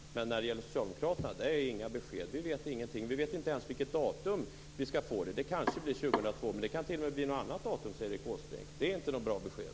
Men när det gäller socialdemokraterna är det inga besked. Vi vet ingenting, vi vet inte ens vid vilken tidpunkt vi skall få euron. Det kanske blir 2002, men det kan t.o.m. bli någon annan tidpunkt enligt Erik Åsbrink. Det är inte något bra besked.